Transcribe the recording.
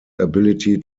ability